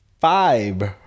five